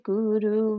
Guru